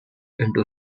into